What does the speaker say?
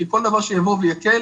כי כל דבר שיבוא ויקל,